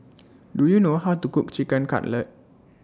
Do YOU know How to Cook Chicken Cutlet